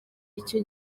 icyo